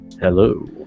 Hello